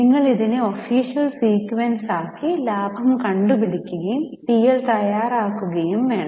നിങ്ങൾ ഇതിനെ official sequence ആക്കി ലാഭം കണ്ടുപിടിക്കുകയും പിഎൽ തയാറാക്കുകയും വേണം